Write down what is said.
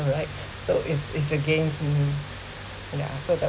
alright so is is the games in yeah so that